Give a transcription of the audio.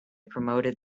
promoted